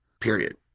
period